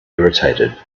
irritated